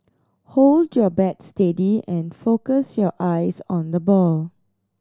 hold your bat steady and focus your eyes on the ball